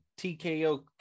TKO